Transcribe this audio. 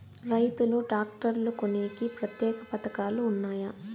రైతులు ట్రాక్టర్లు కొనేకి ప్రత్యేక పథకాలు ఉన్నాయా?